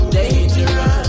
dangerous